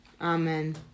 Amen